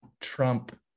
trump